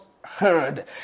heard